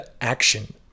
action